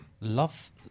love